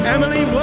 Emily